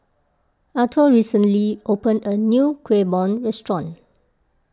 Arthor recently opened a new Kuih Bom restaurant